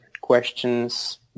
questions